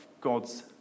God's